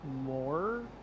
more